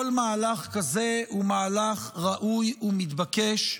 כל מהלך כזה הוא מהלך ראוי ומתבקש,